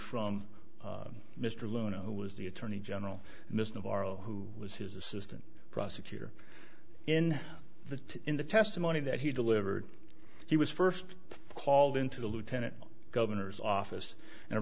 from mr luna who was the attorney general midst of r o who was his assistant prosecutor in the in the testimony that he delivered he was first called into the lieutenant governor's office and